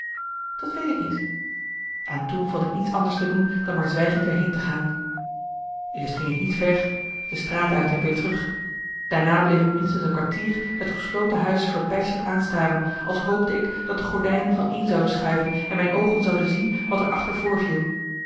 dat weet ik niet en toen vond ik niets anders te doen dan maar zwijgend weer heen te gaan marcellus emants een nagelaten bekentenis eerst ging ik niet ver de straat uit en weer terug daarna bleef ik minstens een kwartier het gesloten huis verbijsterd aanstaren als hoopte ik dat de gordijnen vaneen zouden schuiven en mijn oogen zouden zien wat er achter voorviel